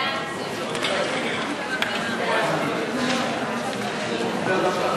ההצעה להעביר את הצעת חוק